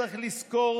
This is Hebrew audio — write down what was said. צריך לזכור,